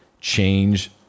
change